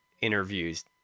interviews